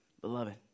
Beloved